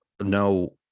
No